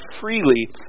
freely